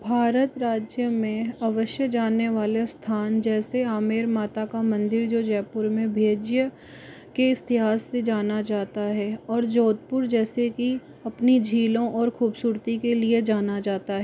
भारत राज्य में अवश्य जाने वाले स्थान जैसे आमेर माता का मंदिर जो जयपुर में भेंजीय के इतिहास से जाना जाता है और जोधपुर जैसे की अपनी झीलों और खूबसूरती के लिए जाना जाता है